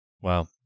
Wow